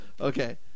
okay